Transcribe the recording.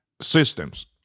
systems